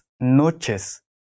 noches